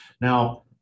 Now